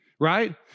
right